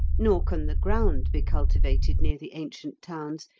nor can the ground be cultivated near the ancient towns,